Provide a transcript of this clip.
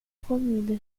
comida